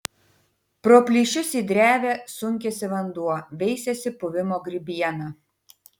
pro plyšius į drevę sunkiasi vanduo veisiasi puvimo grybiena